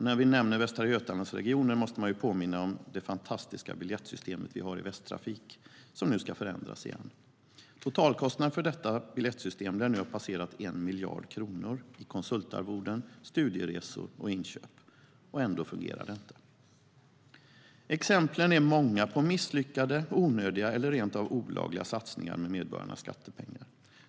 När vi nämner Västra Götalandsregionen måste vi påminna om det fantastiska biljettsystemet hos Västtrafik, som nu ska ändras igen. Totalkostnaden för biljettsystemet lär nu ha passerat 1 miljard kronor i konsultarvoden, studieresor och inköp. Ändå fungerar det inte. Exemplen är många på misslyckade, onödiga eller rent av olagliga satsningar med medborgarnas skattepengar.